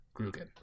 Grugan